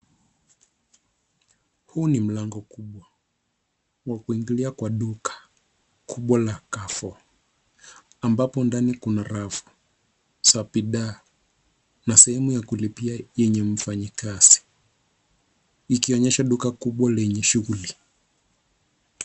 Huu ni mlango mkubwa wa kuingilia kwa duka kubwa la Carrefour ambapo ndani kuna rafu za bidhaa na sehemu ya kulipia yenye mfanyikazi, ikionyesha duka kubwa lenye shughuli.